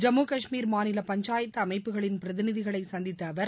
ஜம்மு காஷ்மீர் மாநில பஞ்சாயத்து அமைப்புகளின் பிரதிநிதிகளை சந்தித்த அவர்